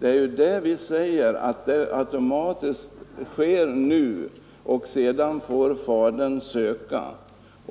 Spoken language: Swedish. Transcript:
Vi har ju sagt att det automatiskt är så nu. Fadern får sedan ansöka om att erhålla vårdnaden.